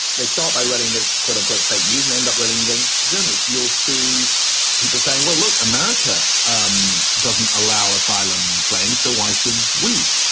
they start by running as, quote unquote, fake news and end up railing against journalists. you'll see people saying, well, look, america um doesn't allow asylum claims, so why should we?